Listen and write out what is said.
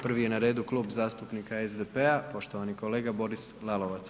Prvi je na redu Klub zastupnika SDP-a, poštovani kolega Boris Lalovac.